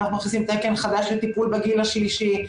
אנחנו מכניסים תקן חדש לטיפול בגיל השלישי.